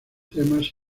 temas